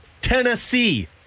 Tennessee